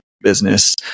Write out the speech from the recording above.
business